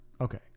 Okay